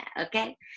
Okay